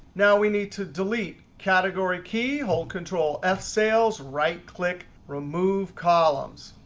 now we need to delete. category key, hold control, f sales, right click remove columns.